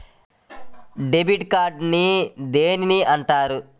Debit card అని దేనిని అంటారు?